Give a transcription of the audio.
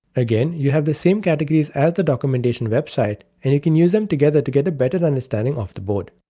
again, you have the same categories as the documentation website and you can use them together to get a better understanding of the board.